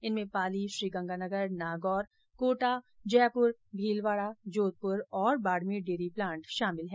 इनमें पाली श्री गंगानगर नागौर कोटा जयपुर भीलवाड़ा जोधपुर और Barmer dairy plant शामिल हैं